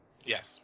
Yes